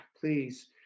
please